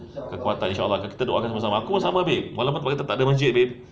kekuatan inshaallah kita doa sama-sama aku pun sama babe walaupun tempat kita takde masjid babe